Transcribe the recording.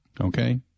okay